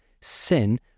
sin